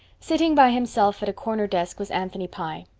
sitting by himself at a corner desk was anthony pye.